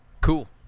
Cool